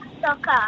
soccer